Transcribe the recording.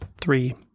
three